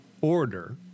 order